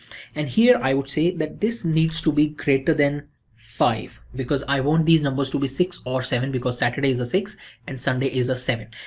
and here i would say that this needs to be greater than five, because i want these numbers to be six or seven because saturday is a six and sunday is a seven.